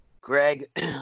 Greg